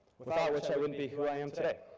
without which i wouldn't be who i am today,